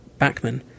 Backman